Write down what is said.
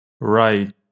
Right